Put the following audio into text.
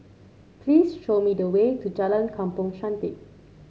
please show me the way to Jalan Kampong Chantek